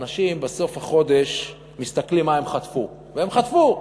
אנשים בסוף החודש מסתכלים מה הם חטפו והם חטפו,